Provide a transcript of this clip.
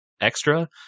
extra